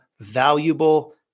valuable